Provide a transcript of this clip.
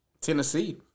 Tennessee